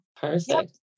perfect